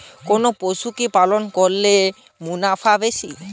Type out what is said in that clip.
কোন পশু কে পালন করলে মুনাফা বেশি?